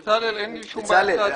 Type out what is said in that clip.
בצלאל,